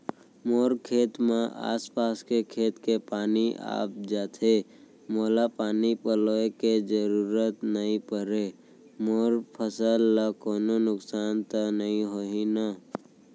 मोर खेत म आसपास के खेत के पानी आप जाथे, मोला पानी पलोय के जरूरत नई परे, मोर फसल ल कोनो नुकसान त नई होही न?